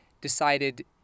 decided